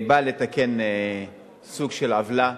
לתקן סוג של עוולה.